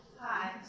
Hi